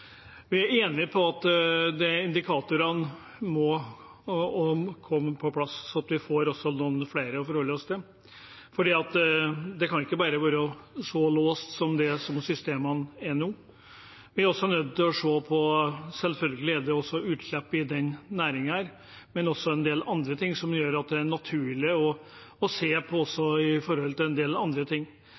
Vi er enige om at indikatorene må komme på plass, sånn at vi også får noen flere å forholde oss til, for det kan ikke bare være så låst som det systemene er nå. Selvfølgelig er det også utslipp i denne næringen, men vi er også nødt til å se på en del andre ting som det er naturlig å se på i forhold til